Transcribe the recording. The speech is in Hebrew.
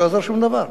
לא יעזור שום דבר.